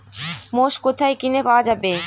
মোষ কোথায় কিনে পাওয়া যাবে?